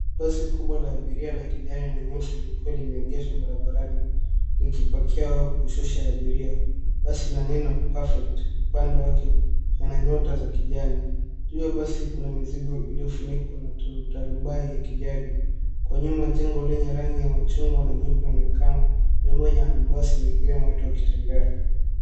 Basi kubwa la abiria la kijani na nyeusi likiwa limeegeshwa barabarani ,likipokea au kushusha abiria. Basi lina neno perfect . Upande wake pana nyota za kijani. Juu ya basi kuna mizigo iliyofunikwa na tarubai ya kijani. Kwa nyuma, jengo lenye rangi ya machungwa na nyeupe inaonekana pamoja na basi nyingine na watu wakitembea.